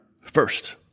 first